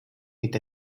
with